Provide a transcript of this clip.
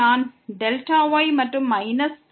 நான் Δy minus f என்று எழுதுகிறேன்